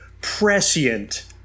prescient